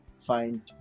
find